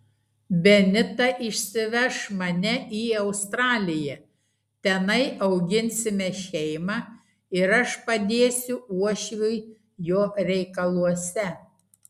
benita išsiveš mane į australiją tenai auginsime šeimą ir aš padėsiu uošviui jo reikaluose